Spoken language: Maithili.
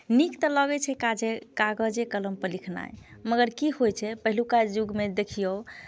नीक तऽ लगै छै काजे कागजे कलमपर लिखनाइ मगर की होइ छै पहिलुका युगमे देखियौ